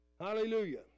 hallelujah